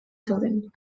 zeuden